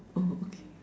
oh okay